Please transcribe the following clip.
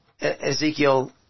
Ezekiel